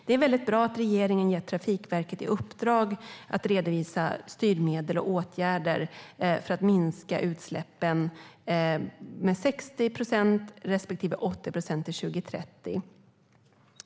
Det är väldigt bra att regeringen ger Trafikverket i uppdrag att redovisa styrmedel och åtgärder för att minska utsläppen med 60 procent respektive 80 procent till 2030.